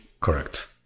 Correct